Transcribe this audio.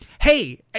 hey